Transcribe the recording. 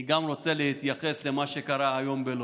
גם אני רוצה להתייחס למה שקרה היום בלוד.